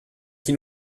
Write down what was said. qui